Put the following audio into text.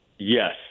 Yes